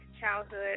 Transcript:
childhood